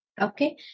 Okay